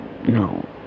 No